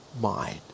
mind